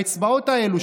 האצבעות האלה,